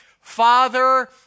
Father